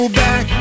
back